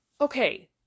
Okay